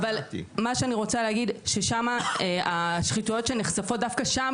מה שאני רוצה להגיד שהשחיתויות שנחשפות דווקא שם,